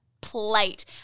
plate